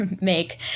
make